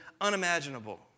unimaginable